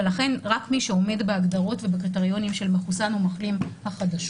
ולכן רק מי שעומד בהגדרות ובקריטריונים של מחוסן או מחלים החדשות